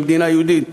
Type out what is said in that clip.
במדינה היהודית,